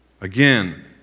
Again